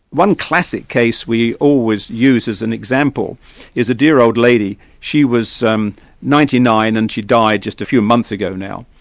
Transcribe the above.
one classic case we always use as an example is a dear old lady she was ninety nine and she died just a few months ago now.